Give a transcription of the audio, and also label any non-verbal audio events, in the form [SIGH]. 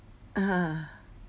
[BREATH]